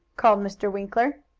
called mr. winkler.